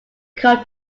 come